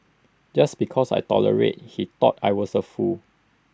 just because I tolerated he thought I was A fool